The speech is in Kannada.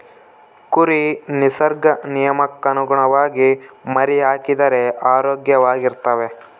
ಕುರಿ ನಿಸರ್ಗ ನಿಯಮಕ್ಕನುಗುಣವಾಗಿ ಮರಿಹಾಕಿದರೆ ಆರೋಗ್ಯವಾಗಿರ್ತವೆ